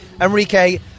Enrique